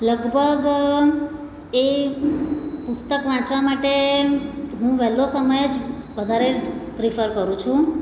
લગભગ એ પુસ્તક વાંચવા માટે હું વહેલો સમય જ વધારે પ્રિફર કરું છું